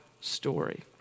story